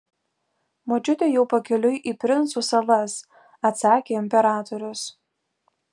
močiutė jau pakeliui į princų salas atsakė imperatorius